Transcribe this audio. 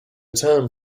term